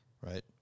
Right